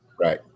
Right